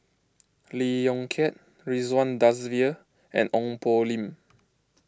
Lee Yong Kiat Ridzwan Dzafir and Ong Poh Lim